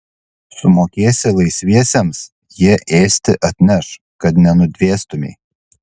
sumokėsi laisviesiems jie ėsti atneš kad nenudvėstumei